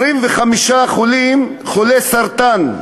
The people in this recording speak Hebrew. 25 אסירים חולי סרטן,